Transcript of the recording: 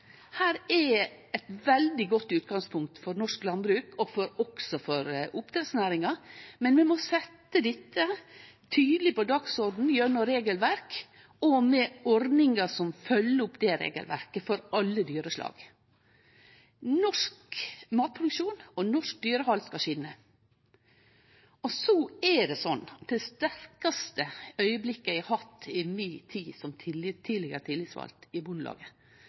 Her er eit veldig godt utgangspunkt for norsk landbruk og også for oppdrettsnæringa, men vi må setje dette tydeleg på dagsordenen gjennom regelverk og med ordningar som følgjer opp det regelverket for alle dyreslag. Norsk matproduksjon og norsk dyrehald skal skine. Det sterkaste augeblikket eg har hatt i mi tid som tidlegare tillitsvald i